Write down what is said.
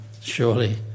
surely